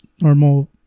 normal